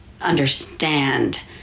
understand